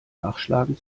nachschlagen